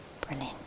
Brilliant